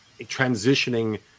transitioning